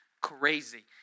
crazy